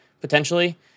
potentially